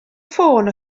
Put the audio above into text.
ffôn